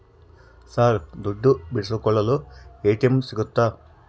Sir ದುಡ್ಡು ಬಿಡಿಸಿಕೊಳ್ಳಲು ATM ಸಿಗುತ್ತಾ?